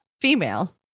Female